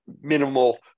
minimal